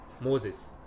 Moses